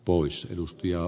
poissa edustajaa